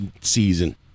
season